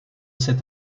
cet